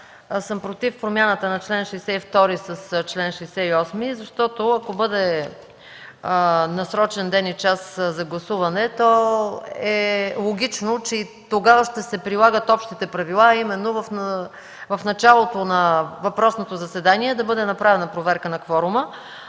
съм против на промяната на чл. 62 с чл. 68, защото, ако бъде насрочен ден и час за гласуване, то е логично, че и тогава ще се прилагат общите правила, а именно в началото на въпросното заседание да бъде направена проверка на кворума.